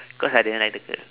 cause I didn't like the girl